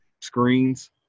screens